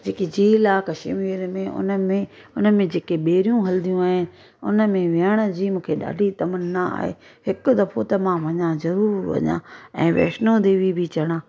जेकी झील आहे कश्मीर में हुनमें हुनमें जेके ॿेड़ियूं हलंदियूं आहिनि उनमें वेहण जी मूंखे ॾाढी तमन्ना आहे हिकु दफ़ो त मां वञा ज़रूरु वञा ऐं वैष्णो देवी बि चढ़ा